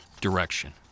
direction